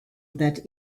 that